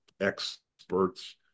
experts